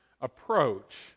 approach